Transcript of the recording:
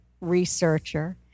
researcher